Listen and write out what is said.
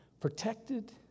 protected